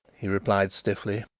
he replied stiffly.